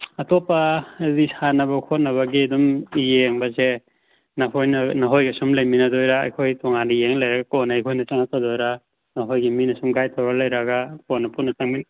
ꯑꯇꯣꯞꯄ ꯑꯗꯤ ꯁꯥꯟꯅꯕ ꯈꯣꯠꯅꯕꯒꯤ ꯑꯗꯨꯝ ꯌꯦꯡꯕꯖꯦ ꯅꯈꯣꯏꯅ ꯅꯈꯣꯏꯒ ꯁꯨꯝ ꯂꯩꯃꯤꯟꯅꯗꯣꯏꯔꯥ ꯑꯩꯈꯣꯏ ꯇꯣꯉꯥꯟꯅ ꯌꯦꯡꯉ ꯂꯩꯔꯒ ꯀꯣꯟꯅ ꯑꯩꯈꯣꯏꯅ ꯆꯪꯉꯛꯀꯗꯣꯏꯔꯥ ꯅꯈꯣꯏꯒꯤ ꯃꯤꯅ ꯁꯨꯝ ꯒꯥꯏꯠ ꯇꯧꯔ ꯂꯩꯔꯒ ꯀꯣꯟꯅ ꯄꯨꯟꯅ ꯆꯪꯃꯤꯟ